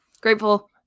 grateful